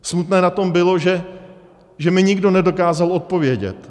Smutné na tom bylo, že mi nikdo nedokázal odpovědět.